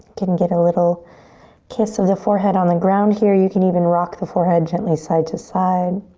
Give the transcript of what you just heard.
can get a little kiss of the forehead on the ground here. you can even rock the forehead gently side to side.